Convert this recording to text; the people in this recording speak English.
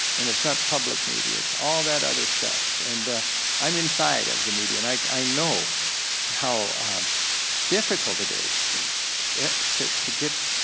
and it's not public media, it's all that other stuff. and i'm inside of the media. and like i know how difficult it is to to get,